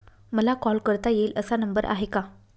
मला कॉल करता येईल असा नंबर आहे का?